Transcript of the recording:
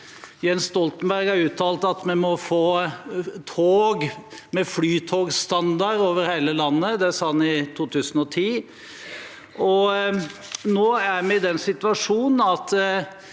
Jens Stoltenberg har uttalt at vi må få tog med Flytog-standard over hele landet. Det sa han i 2010. Nå er vi i den situasjonen at